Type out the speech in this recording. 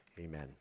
amen